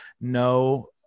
No